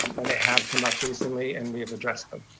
when they have come up recently, and we have addressed them.